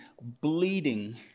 bleeding